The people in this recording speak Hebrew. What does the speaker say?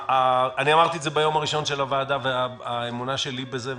אמרתי ביום הראשון של הוועדה והאמונה שלי בזה,